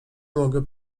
mogę